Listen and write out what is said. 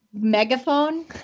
megaphone